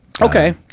Okay